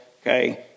Okay